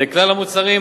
לכלל המוצרים,